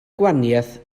gwahaniaeth